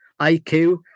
IQ